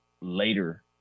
later